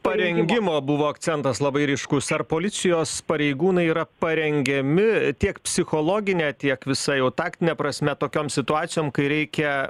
parengimo buvo akcentas labai ryškus ar policijos pareigūnai yra parengiami tiek psichologine tiek visa jau taktine prasme tokiom situacijom kai reikia